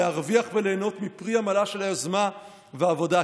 להרוויח וליהנות מפרי עמלה של היוזמה והעבודה.